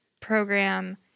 program